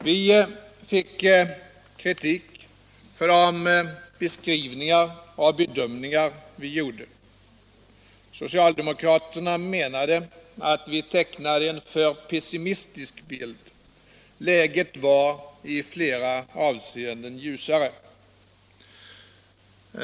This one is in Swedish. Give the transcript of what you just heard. Vi fick kritik för de beskrivningar och bedömningar vi gjorde. Socialdemokraterna menade att vi tecknade en för pessimistisk bild. Läget var i flera avseenden ljusare.